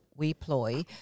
WePloy